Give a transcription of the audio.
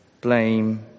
blame